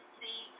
see